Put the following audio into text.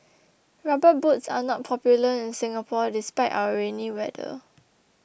rubber boots are not popular in Singapore despite our rainy weather